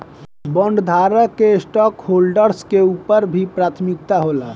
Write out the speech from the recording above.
बॉन्डधारक के स्टॉकहोल्डर्स के ऊपर भी प्राथमिकता होला